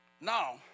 Now